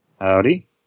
Howdy